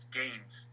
games